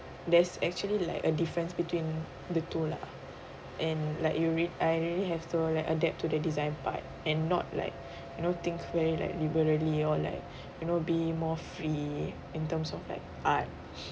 there's actually like a difference between the two lah and like you really I really have to like adapt to the design part and not like you know think very like liberally or like you know be more free in terms of like art